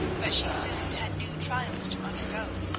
but she soon had new trials to undergo.